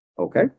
Okay